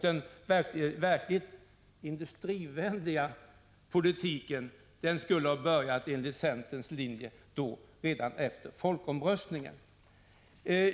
Den verkligt industrivänliga politiken skulle ha börjat avvecklingen enligt centerns linje direkt efter folkomröstningen.